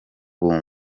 abagore